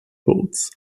boats